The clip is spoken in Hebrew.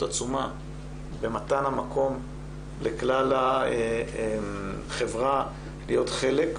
עצומה במתן המקום לכלל החברה להיות חלק,